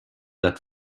that